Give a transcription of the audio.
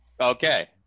Okay